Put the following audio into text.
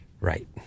Right